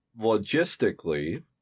logistically